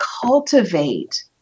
cultivate